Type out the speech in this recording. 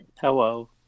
hello